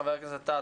חבר הכנסת טאהא,